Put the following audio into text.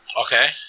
Okay